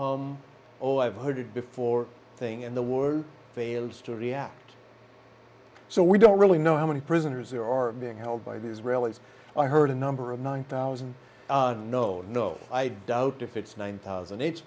oh i've heard it before thing in the world fails to react so we don't really know how many prisoners there are being held by the israelis i heard a number of nine thousand no no i doubt if it's nine thousand it's